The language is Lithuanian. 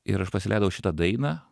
ir aš pasileidau šitą dainą